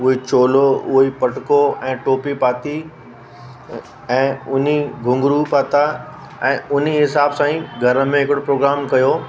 उहो ई चोलो उहो ई पटको ऐं टोपी पाती ऐं उन घूंघरू पाता ऐं उन हिसाब सां ई घर में हिकिड़ो प्रोग्राम कयो